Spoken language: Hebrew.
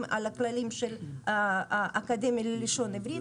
לפי הכללים של האקדמיה ללשון עברית,